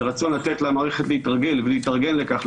והרצון לתת למערכת להתרגל ולהתארגן לכך,